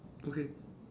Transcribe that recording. okay